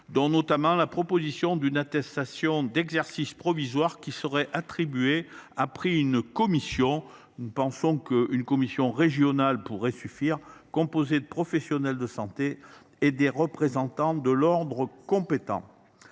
notamment la proposition d’une attestation d’exercice provisoire qui serait attribuée après avis d’une commission – nous pensons qu’une commission régionale pourrait suffire –, composée de professionnels de santé et de représentants de l’ordre compétent.